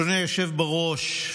אדוני היושב בראש,